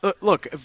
look